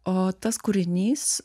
o tas kūrinys